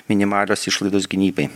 minimalios išlaidos gynybai